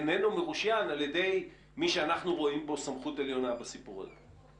הוא איננו מרושיין על ידי מי שאנחנו רואים בו סמכות עליונה בסיפור הזה.